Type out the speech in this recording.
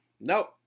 Nope